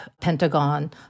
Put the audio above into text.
Pentagon